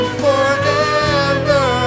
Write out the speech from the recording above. forever